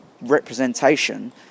representation